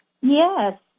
Yes